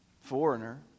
foreigner